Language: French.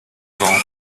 vent